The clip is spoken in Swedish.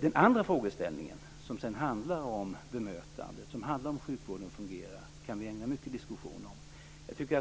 Den andra frågeställningen, som handlar om bemötandet och hur sjukvården fungerar, kan vi ägna mycket diskussion.